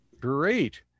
Great